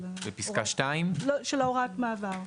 של הוראת המעבר.